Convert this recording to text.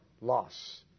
loss